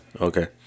Okay